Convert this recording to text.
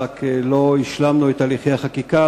ורק לא השלמנו את הליכי החקיקה.